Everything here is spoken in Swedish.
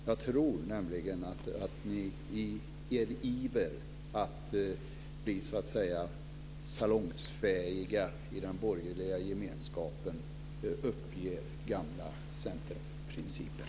Jag tror nämligen att ni i er iver att bli salongsfähiga i den borgerliga gemenskapen uppger gamla centerprinciper.